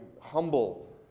Humble